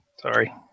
Sorry